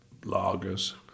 lagers